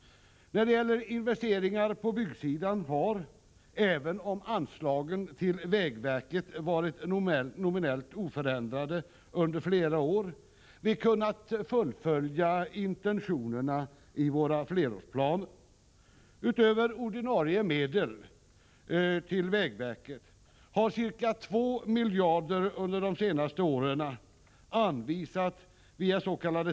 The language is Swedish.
När det gäller investeringar på byggsidan har — även om anslaget till vägverket varit nominellt oförändrat under flera år — vi kunnat fullfölja intentionerna i våra flerårsplaner. Utöver ordinarie medel till vägverket har ca 2 miljarder de senaste åren anvisats genoms.k.